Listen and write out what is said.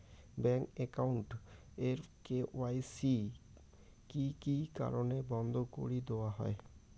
Bank account এর KYC কি কি কারণে বন্ধ করি দেওয়া হয়?